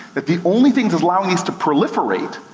that the only things allowing these to proliferate,